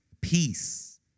peace